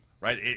right